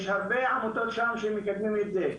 יש הרבה עמותות שם שמקדמות את זה.